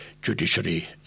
judiciary